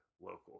local